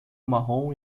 marrom